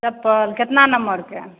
चप्पल कतना नम्बरके